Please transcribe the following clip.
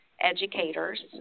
educators